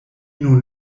nun